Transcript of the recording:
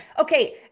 okay